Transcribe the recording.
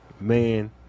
man